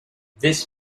this